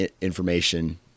information